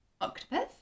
octopus